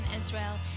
Israel